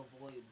avoid